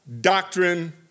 doctrine